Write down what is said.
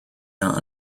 not